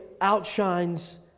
outshines